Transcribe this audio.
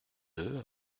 deux